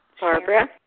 Barbara